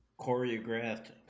choreographed